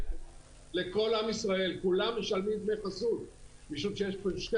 כולם משלמים דמי חסות משום שיש פה שתי